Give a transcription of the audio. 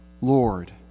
Lord